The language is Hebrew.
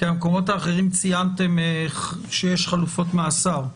כי במקומות האחרים ציינתם שיש חלופות מאסר.